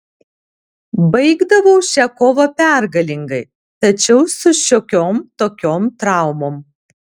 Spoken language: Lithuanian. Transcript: baigdavau šią kovą pergalingai tačiau su šiokiom tokiom traumom